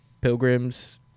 Pilgrims